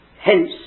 Hence